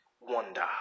Wonder